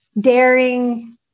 daring